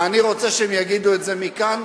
אני רוצה שהם יגידו את זה מכאן,